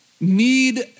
need